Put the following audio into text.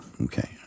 okay